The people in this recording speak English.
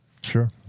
Sure